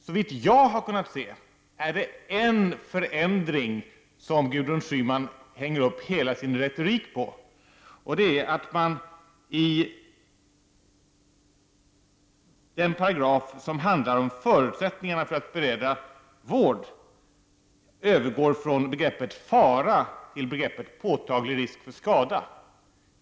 Såvitt jag har kunnat se är det en förändring som Gudrun Schyman hänger upp hela sin retorik på, och det är att man i den paragraf som handlar om förutsättningarna för att bereda vård övergår från begreppet ”fara” till begreppet ”påtaglig risk för skada”.